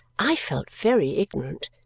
i felt very ignorant,